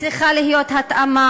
צריכה להיות התאמה.